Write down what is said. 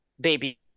baby